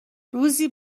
روزی